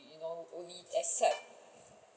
you know only accept